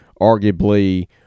arguably